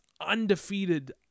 undefeated